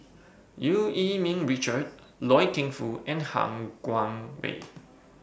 EU Yee Ming Richard Loy Keng Foo and Han Guangwei